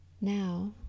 Now